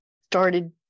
started